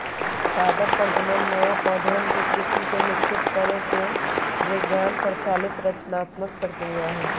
पादप प्रजनन नया पौधवन के किस्म के विकसित करे के विज्ञान संचालित रचनात्मक प्रक्रिया हई